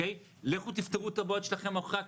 לכו תפתרו את הבעיות שלכם מאחורי הקלעים,